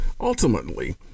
Ultimately